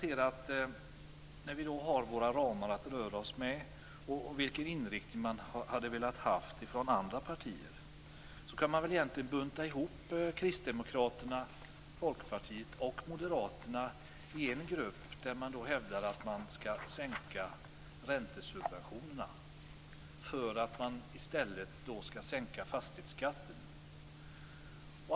När det gäller de ramar som vi har att röra oss med och den inriktning som andra partier hade velat ha kan man egentligen bunta ihop Kristdemokraterna, Folkpartiet och Moderaterna i en grupp. De hävdar nämligen att man skall sänka räntesubventionerna för att i stället sänka fastighetsskatten.